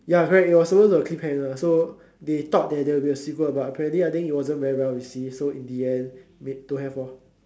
ya correct it was supposed to have cliffhanger so they thought that there will be a sequel but apparently I think it wasn't well received so in the end don't have lor